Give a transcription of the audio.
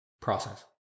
process